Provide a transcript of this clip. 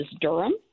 Durham